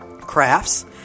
crafts